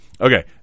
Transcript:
Okay